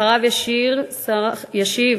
אחריו ישיב